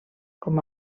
com